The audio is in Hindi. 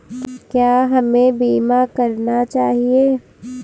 क्या हमें बीमा करना चाहिए?